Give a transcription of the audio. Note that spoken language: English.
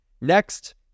Next